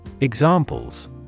Examples